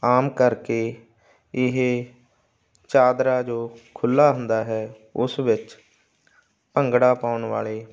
ਆਮ ਕਰਕੇ ਇਹ ਚਾਦਰਾ ਜੋ ਖੁੱਲ੍ਹਾ ਹੁੰਦਾ ਹੈ ਉਸ ਵਿੱਚ ਭੰਗੜਾ ਪਾਉਣ ਵਾਲੇ